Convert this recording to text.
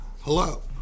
Hello